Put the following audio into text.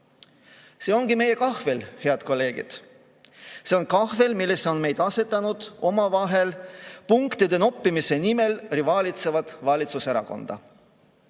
ongi meie kahvel, head kolleegid. See kahvel, millesse on meid asetanud omavahel punktide noppimise nimel rivaalitsevad valitsuserakonnad.